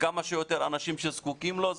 לכמה שיותר אנשים שזקוקים לו.